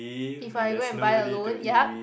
if I go and buy alone yup